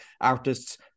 artists